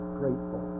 grateful